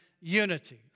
unity